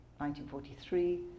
1943